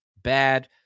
Bad